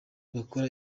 bakora